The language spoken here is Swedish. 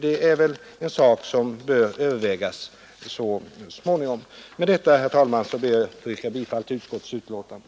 Det är något som bör övervägas så småningom. Med detta, herr talman, ber jag få yrka bifall till utskottets hemställan.